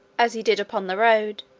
as he did upon the road,